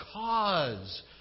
cause